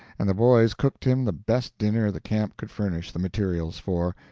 and the boys cooked him the best dinner the camp could furnish the materials for,